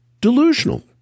delusional